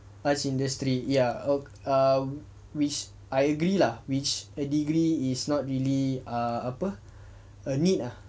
arts industry ya okay um which I agree lah which a degree is not really ah apa a need ah